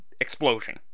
explosion